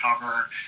cover